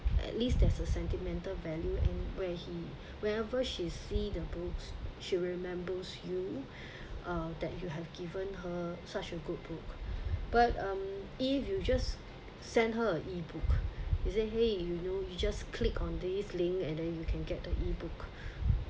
at least there's a sentimental value and where he wherever she see the books she remembers you uh that you have given her such a good book but um if you just send her e-book isn't !hey! you know you just click on this link and then you can get the e-book